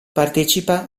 partecipa